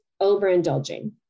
overindulging